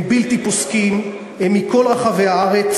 הם בלתי פוסקים, הם מכל רחבי הארץ,